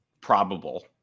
probable